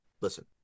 Listen